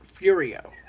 Furio